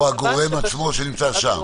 או הגורם עצמו שנמצא שם?